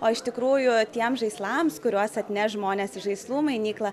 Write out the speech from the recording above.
o iš tikrųjų tiems žaislams kuriuos atneš žmonės į žaislų mainyklą